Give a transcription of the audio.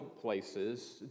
places